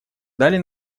дали